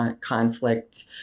conflict